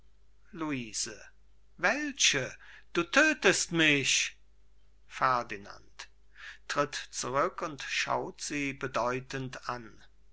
luise welche du tödtest mich ferdinand tritt zurück und schaut sie bedeutend an